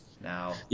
Now